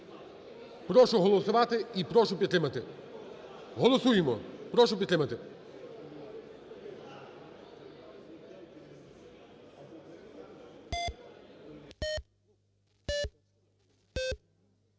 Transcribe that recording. Прошу голосувати і прошу підтримати. Голосуємо, прошу підтримати.